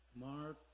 Mark